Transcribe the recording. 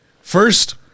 first